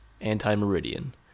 Anti-Meridian